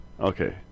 Okay